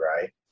right